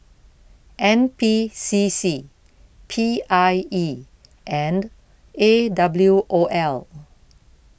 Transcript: N P C C P I E and A W O L